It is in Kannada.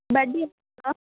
ಬಡ್ಡಿ ಎಷ್ಟು